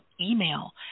email